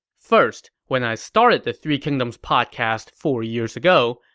first, when i started the three kingdoms podcast four years ago,